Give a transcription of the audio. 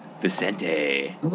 Vicente